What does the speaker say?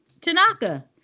Tanaka